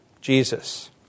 Jesus